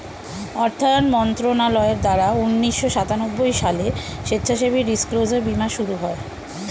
অর্থায়ন মন্ত্রণালয়ের দ্বারা উন্নিশো সাতানব্বই সালে স্বেচ্ছাসেবী ডিসক্লোজার বীমার শুরু